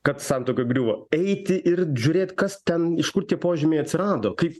kad santuoka griūva eiti ir žiūrėt kas ten iš kur tie požymiai atsirado kaip